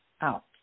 out